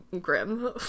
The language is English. grim